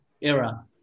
era